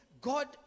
God